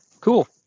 cool